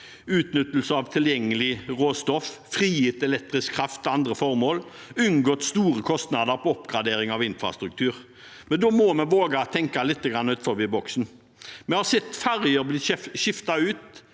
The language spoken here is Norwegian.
utnyttet tilgjengelig råstoff, frigitt elektrisk kraft til andre formål og gjort at man hadde unngått store kostnader på oppgradering av infrastruktur. Men da må vi våge å tenke litt utenfor boksen. Vi har sett ferger bli skiftet ut